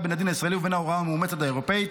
בין הדין הישראלי ובין ההוראה המאומצת האירופאית,